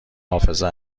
حافظه